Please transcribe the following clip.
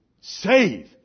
save